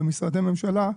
במשרדי ממשלה,